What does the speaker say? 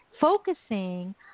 focusing